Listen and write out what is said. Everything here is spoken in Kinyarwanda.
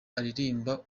aririmba